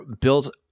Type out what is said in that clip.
built